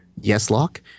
yes-lock